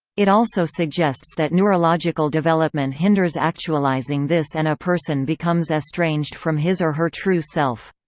it also suggests that neurological development hinders actualizing this and a person becomes estranged from his or her true self.